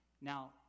Now